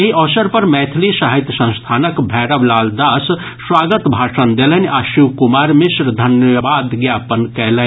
एहि अवसर पर मैथिली साहित्य संस्थानक भैरव लाल दास स्वागत भाषण देलनि आ शिवकुमार मिश्र धन्यवाद ज्ञापन कयलनि